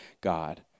God